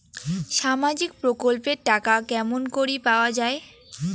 সামাজিক প্রকল্পের টাকা কেমন করি পাওয়া যায়?